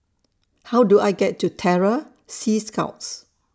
How Do I get to Terror Sea Scouts